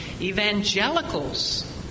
Evangelicals